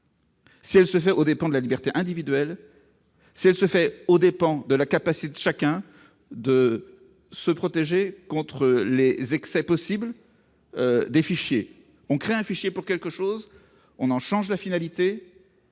pas l'atteindre aux dépens de la liberté individuelle et de la capacité de chacun de se protéger contre les excès possibles des fichiers. On crée un fichier pour quelque chose, puis on en change la finalité,